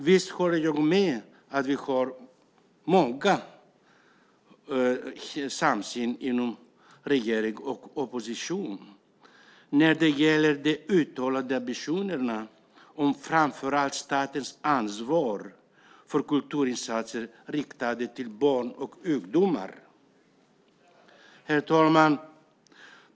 Visst håller jag med om att vi har samsyn på många saker inom regering och opposition när det gäller de uttalade ambitionerna om framför allt statens ansvar för kulturinsatser riktade till barn och ungdomar. Herr talman!